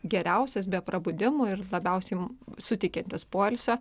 geriausias be prabudimų ir labiausiai suteikiantis poilsio